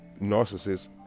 narcissist